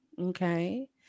Okay